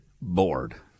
bored